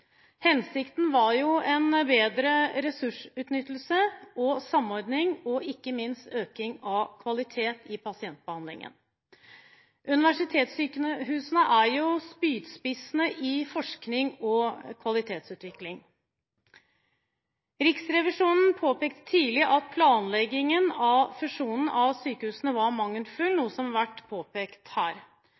Hensikten var en bedre ressursutnyttelse og samordning, og ikke minst økning av kvalitet i pasientbehandlingen. Universitetssykehusene er spydspissene i forskning og kvalitetsutvikling. Riksrevisjonen påpekte tidlig at planleggingen av fusjonen av sykehusene var mangelfull, noe som har vært påpekt her